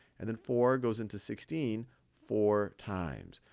and then four goes into sixteen four times.